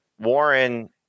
Warren